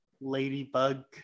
Ladybug